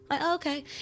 Okay